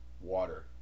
water